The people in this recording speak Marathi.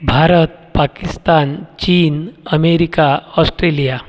भारत पाकिस्तान चीन अमेरिका ऑस्ट्रेलिया